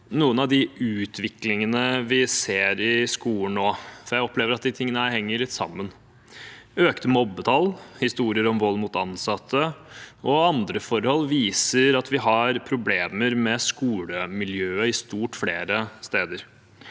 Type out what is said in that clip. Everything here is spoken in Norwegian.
del av den utviklingen vi ser i skolen nå. Jeg opplever at disse tingene henger sammen. Økte mobbetall, historier om vold mot ansatte og andre forhold viser at vi har problemer med skolemiljø et i stort flere steder.